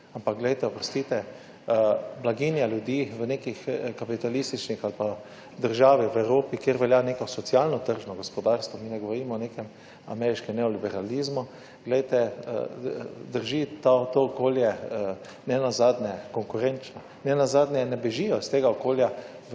Ampak glejte, oprostite, blaginja ljudi v nekih kapitalističnih ali pa državi v Evropi, kjer velja neko socialno tržno gospodarstvo - mi ne govorimo o nekem ameriškem neoliberalizmu - drži to okolje nenazadnje konkurenčno. Nenazadnje ne bežijo iz tega okolja